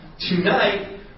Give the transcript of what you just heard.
Tonight